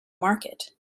market